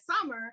summer